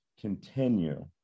continue